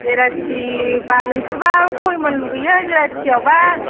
जेराथिबा नोंसोरबा खयमन लुबैयो जेराथियावबा